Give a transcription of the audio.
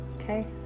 okay